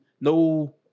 no